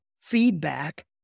feedback